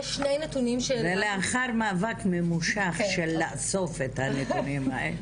זה לאחר מאבק ממושך שלה לאסוף את הנתונים האלה.